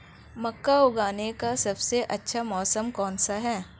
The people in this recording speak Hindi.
मक्का उगाने का सबसे अच्छा मौसम कौनसा है?